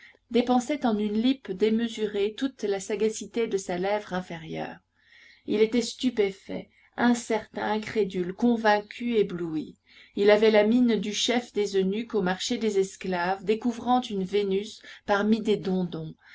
dépensait en une lippe démesurée toute la sagacité de sa lèvre inférieure il était stupéfait incertain incrédule convaincu ébloui il avait la mine du chef des eunuques au marché des esclaves découvrant une vénus parmi des dondons